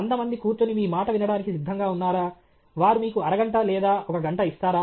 వంద మంది కూర్చుని మీ మాట వినడానికి సిద్ధంగా ఉన్నారా వారు మీకు అరగంట లేదా ఒక గంట ఇస్తారా